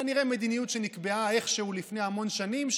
כנראה מדיניות שנקבעה איכשהו לפני המון שנים,